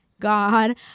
god